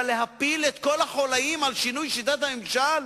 אבל להפיל את כל החוליים על שינוי שיטת הממשל?